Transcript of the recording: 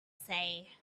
say